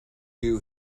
you